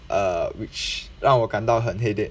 err which 让我感到很 headache